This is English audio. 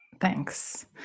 Thanks